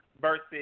versus